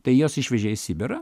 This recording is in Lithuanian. tai juos išvežė į sibirą